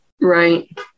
Right